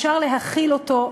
אפשר להחיל אותו,